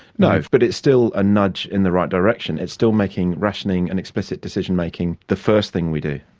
no, but it's still a nudge in the right direction, it's still making rationing and explicit decision-making the first thing we do.